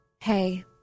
Hey